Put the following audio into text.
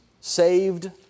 saved